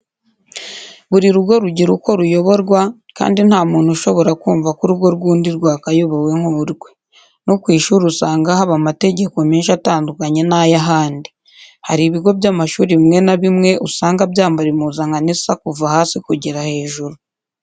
Buri rugo rugira uko ruyoborwa kandi nta muntu ushobora kumva ko urugo rw'undi rwakayobowe nk'urwe. No ku ishuri usanga haba amategeko menshi atandukanye n'ay'ahandi. Hari ibigo by'amashuri bimwe na bimwe usanga byambara impuzankano isa kuva hasi kugera hejuru.